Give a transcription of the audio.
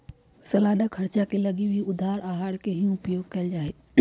सालाना खर्चवा के लगी भी उधार आहर के ही उपयोग कइल जाहई